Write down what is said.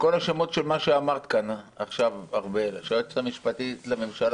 מכל השמות שאמרה היועצת המשפטית של הוועדה,